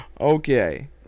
Okay